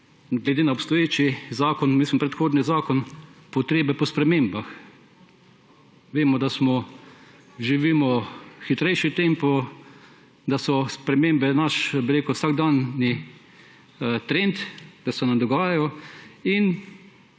glede na obstoječi zakon – mislim, predhodni zakon ‒, potrebe po spremembah. Vemo, da živimo hitrejši tempo, da so spremembe naš vsakdanji trend, da se nam dogajajo, in